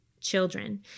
children